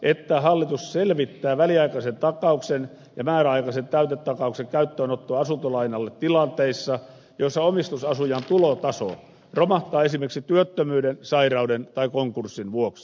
että hallitus selvittää väliaikaisen ta kauksen ja määräaikaisen täytetakauksen käyttöönottoa asuntolainalle tilanteissa joissa omistusasujan tulotaso romahtaa esimerkiksi työttömyyden sairauden tai konkurssin vuoksi